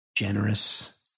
Generous